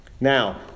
Now